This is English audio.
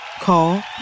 Call